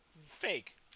fake